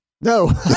no